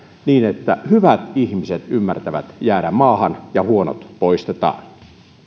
niin että hyvät ihmiset ymmärtävät jäädä maahan ja huonot poistetaan